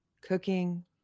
cooking